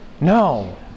No